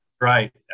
Right